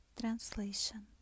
Translation